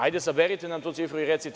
Ajde saberite nam tu cifru i recite.